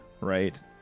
right